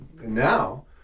now